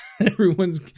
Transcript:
everyone's